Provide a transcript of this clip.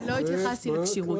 לא התייחסתי לכשירות,